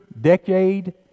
decade